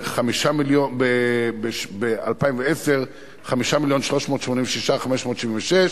שקל, 2010, 5 מיליון ו-386,576 שקל.